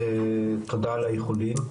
תודה על האיחולים,